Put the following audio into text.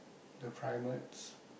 the primates